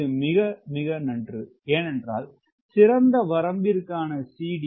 இது மிக நன்று ஏனென்றால் சிறந்த வரம்பிற்கான CD 1